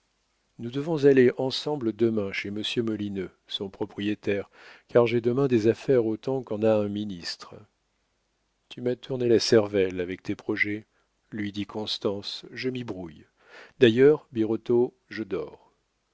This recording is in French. nous devons aller ensemble demain chez monsieur molineux son propriétaire car j'ai demain des affaires autant qu'en a un ministre tu m'as tourné la cervelle avec tes projets lui dit constance je m'y brouille d'ailleurs birotteau je dors